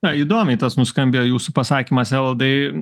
na įdomiai tas nuskambėjo jūsų pasakymas evaldai